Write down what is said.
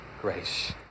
grace